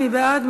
מי בעד?